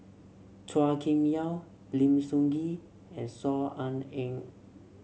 Chua Kim Yeow Lim Sun Gee and Saw Ean Ang